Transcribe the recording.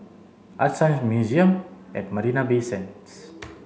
ArtScience Museum at Marina Bay Sands